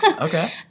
Okay